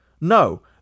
No